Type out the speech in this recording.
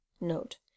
note